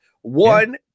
one